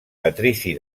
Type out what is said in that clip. patrici